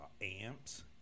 amps